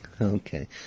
Okay